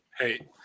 hey